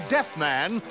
Deathman